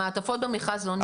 המעטפות במכרז לא נפתחו.